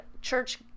church